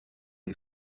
les